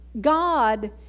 God